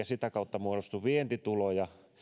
sitä kautta muodostu vientituloja